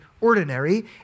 ordinary